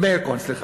מאיר כהן, סליחה.